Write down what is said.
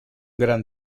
gran